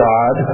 God